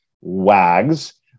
WAGs